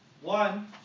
One